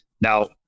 Now